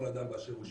כל אדם באשר הוא,